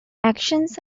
actions